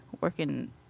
working